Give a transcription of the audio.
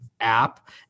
app